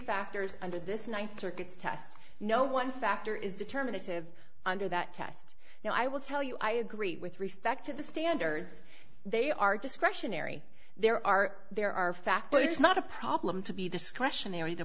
factors under this ninth circuit test no one factor is determinative under that test now i will tell you i agree with respect to the standards they are discretionary there are there are fact but it's not a problem to be discretionary the